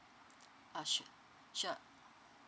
ah sure sure